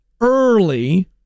early